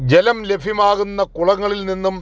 ജലം ലഭ്യമാകുന്ന കുളങ്ങളിൽ നിന്നും